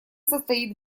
состоит